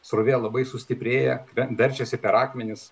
srovė labai sustiprėja verčiasi per akmenis